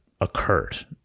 occurred